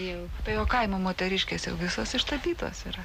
jau o kaimo moteriškės jau visos ištapytos yra